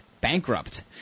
bankrupt